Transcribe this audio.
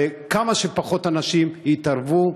וכמה שפחות אנשים יתערבו.